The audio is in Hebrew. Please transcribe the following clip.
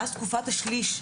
ואז תקופת השליש,